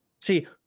See